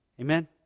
amen